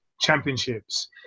championships